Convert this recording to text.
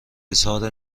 اظهار